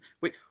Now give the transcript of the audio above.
Wait